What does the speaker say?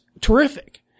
terrific